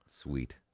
sweet